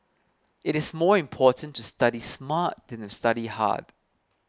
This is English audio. it is more important to study smart than to study hard